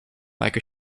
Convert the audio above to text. like